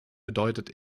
bedeutet